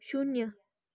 शून्य